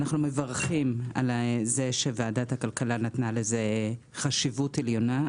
מברכים על כך שוועדת הכלכלה נתנה לזה חשיבות עליונה.